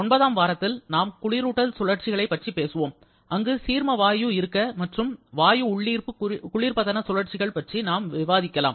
ஒன்பதாம் வாரத்தில் நாம் குளிரூட்டல் சுழற்சிகளைப் பற்றி பேசுவோம் அங்கு சீர்ம வாயு இறுக்க மற்றும் வாயு உள்ளீர்ப்பு குளிர்ப்பதன சுழற்சிகள் பற்றி நாம் விவாதிக்கலாம்